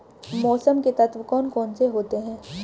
मौसम के तत्व कौन कौन से होते हैं?